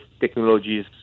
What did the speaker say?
technologies